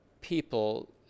people